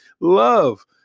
Love